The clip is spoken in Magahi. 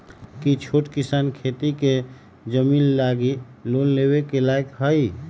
कि छोट किसान खेती के जमीन लागी लोन लेवे के लायक हई?